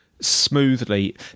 smoothly